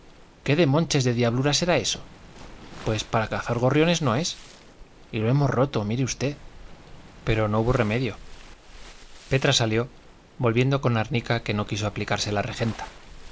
qué demonches de diablura será eso pues para cazar gorriones no es y lo hemos roto mire usted pero no hubo remedio petra salió volviendo con árnica que no quiso aplicarse la regenta